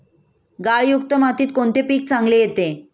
गाळयुक्त मातीत कोणते पीक चांगले येते?